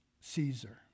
Caesar